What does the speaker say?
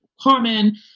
common